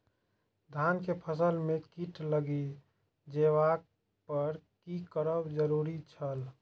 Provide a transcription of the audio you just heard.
धान के फसल में कीट लागि जेबाक पर की करब जरुरी छल?